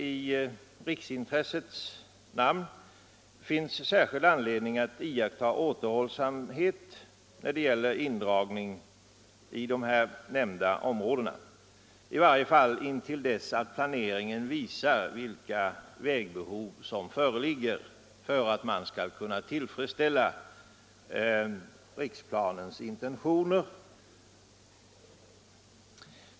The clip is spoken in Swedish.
I riksintressets namn finns det särskild anledning att iaktta återhållsamhet när det gäller indragning i de nämnda områdena, i varje fall intill dess att planeringen visar vilka vägbehov som föreligger för att man skall kunna tillfredsställa riksplanens intentioner.